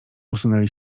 usunęli